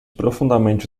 profundamente